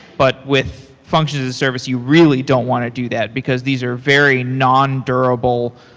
but with function as a service, you really don't want to do that, because these are very nondurable.